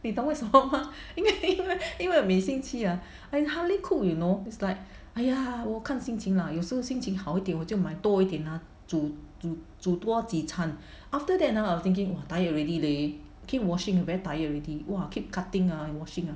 你懂为什么吗 因为因为每星期 ah I hardly cook you know it's like !aiya! 我看心情啦有时候心情好一点我就买多一点 lah 煮煮多几餐 after that lah I was thinking tired already leh keep washing very tired already !wah! keep cutting ah and washing ah